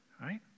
right